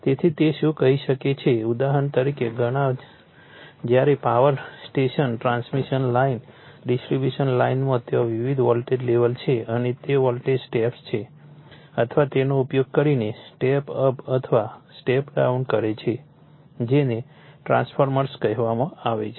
તેથી તે શું કહી શકે છે ઉદાહરણ તરીકે ઘણા જ્યારે power station transmission line distribution લાઇનમાં ત્યાં વિવિધ વોલ્ટેજ લેવલ છે અને તે વોલ્ટેજ સ્ટેપ્સ છે અથવા તેનો ઉપયોગ કરીને સ્ટેપ અપ અથવા સ્ટેપ ડાઉન કરે છે જેને ટ્રાન્સફોર્મર્સ કહેવામાં આવે છે